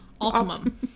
ultimum